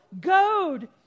goad